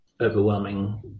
overwhelming